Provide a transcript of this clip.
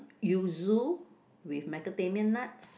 yuzu with macadamia nuts